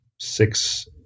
six